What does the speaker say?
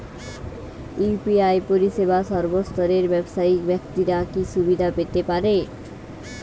UPI পরিসেবা সর্বস্তরের ব্যাবসায়িক ব্যাক্তিরা কি সুবিধা পেতে পারে?